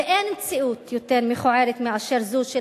ואין מציאות יותר מכוערת מאשר זו של